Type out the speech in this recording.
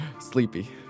Sleepy